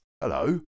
hello